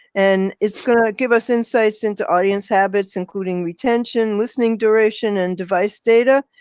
and it's going to give us insights into audience habits, including retention, listening duration and device data.